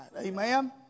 Amen